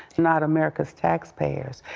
not america's tax payers.